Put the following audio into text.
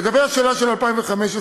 לגבי השאלה על 2015,